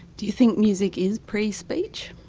do you think music is pre-speech?